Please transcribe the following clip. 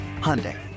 Hyundai